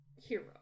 hero